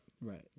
Right